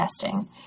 testing